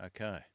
Okay